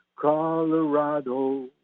Colorado